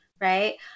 right